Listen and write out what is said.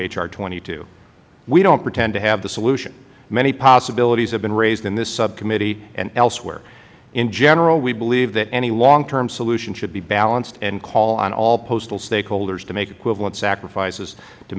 r twenty two we don't pretend to have the solution many possibilities have been raised in this subcommittee and elsewhere in general we believe that any long term solution should be balanced and call on all postal stakeholders to make equivalent sacrifices to